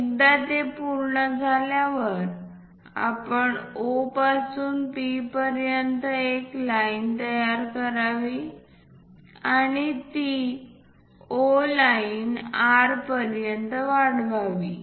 एकदा ते पूर्ण झाल्यावर आपण O पासून P पर्यंत एक लाईन तयार करावी आणि ती O लाईन R पर्यंत वाढवावी